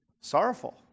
sorrowful